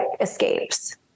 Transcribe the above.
escapes